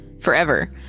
forever